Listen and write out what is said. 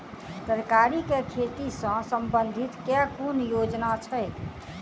तरकारी केँ खेती सऽ संबंधित केँ कुन योजना छैक?